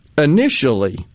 initially